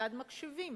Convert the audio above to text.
כיצד מקשיבים,